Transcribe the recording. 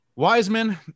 Wiseman